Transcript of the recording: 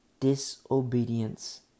disobedience